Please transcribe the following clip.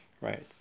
right